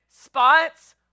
spots